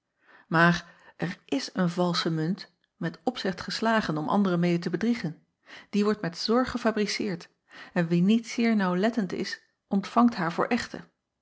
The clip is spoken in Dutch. aar er is een valsche munt met opzet geslagen om anderen mede te bedriegen die wordt met zorg gefabriceerd en wie niet zeer naauwlettend is ontvangt haar voor echte